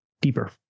deeper